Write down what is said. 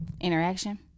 Interaction